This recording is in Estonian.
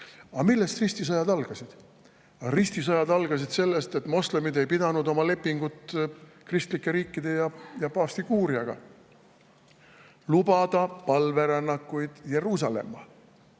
Aga millest ristisõjad algasid? Ristisõjad algasid sellest, et moslemid ei pidanud kinni oma lepingust kristlike riikide ja paavsti kuuriaga, et nad lubavad palverännakuid Jeruusalemma,